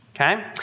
okay